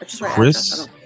chris